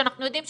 שאנחנו יודעים,